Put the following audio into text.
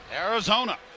arizona